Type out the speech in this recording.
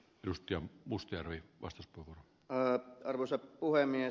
rusty mustajärvi vastus puvut pää arvoisa puhemies